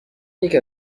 یکی